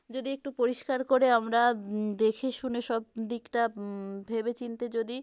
যদি একটু পরিষ্কার করে আমরা দেখে শুনে সব দিকটা ভেবেচিন্তে যদি